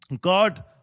God